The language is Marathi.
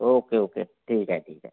ओक्के ओके ठीक आहे ठीक आहे